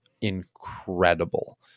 incredible